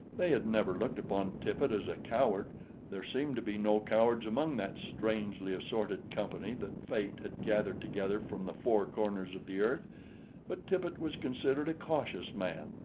they had never looked upon tippet as a coward there seemed to be no cowards among that strangely assorted company that fate had gathered together from the four corners of the earth but tippet was considered a cautious man.